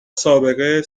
سابقه